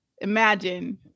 imagine